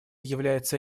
является